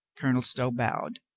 colonel stow bowed.